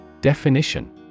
Definition